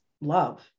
love